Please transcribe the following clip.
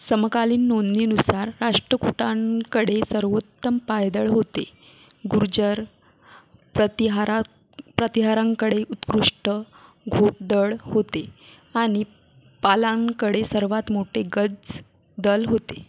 समकालीन नोंदणीनुसार राष्ट्रकूटांकडे सर्वोत्तम पायदळ होते गुर्जर प्रतिहारा प्रतिहारांकडे उत्कृष्ट घोदळ होते आणि पालांकडे सर्वात मोठे गजदल होते